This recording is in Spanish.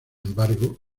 embargo